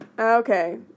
Okay